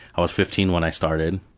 i was fifteen when i started.